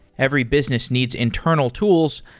every business needs internal tools,